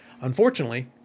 unfortunately